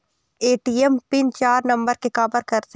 ATM pin चार number के काबर करथे?